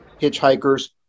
hitchhikers